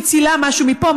מצילה משהו מפה,